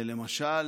למשל,